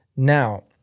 Now